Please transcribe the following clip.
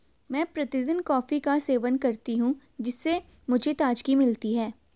मैं प्रतिदिन कॉफी का सेवन करती हूं जिससे मुझे ताजगी मिलती है